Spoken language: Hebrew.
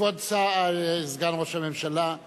כבוד סגן ראש הממשלה,